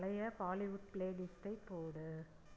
பழைய பாலிவுட் பிளேலிஸ்ட்டைப் போடு